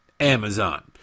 Amazon